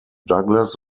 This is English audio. douglas